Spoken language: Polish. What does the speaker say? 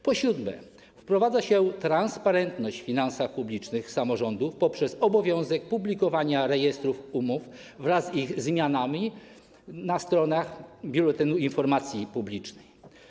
Po siódme, wprowadza się transparentność w finansach publicznych samorządów poprzez obowiązek publikowania rejestru umów wraz z ich zmianami na stronach Biuletynu Informacji Publicznej.